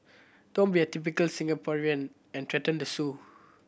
don't be a typical Singaporean and threaten to sue